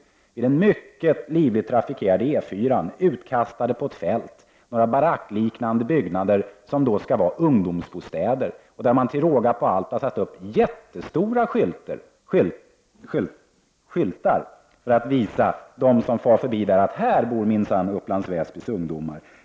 Vid den mycket livligt trafikerade E 4, utkastade på ett fält, ligger några barackliknande byggnader som skall vara ungdomsbostäder. Man har till råga på allt satt upp jättestora skyltar för att visa dem som far förbi att här bor minsann Upplands Väsbys ungdomar.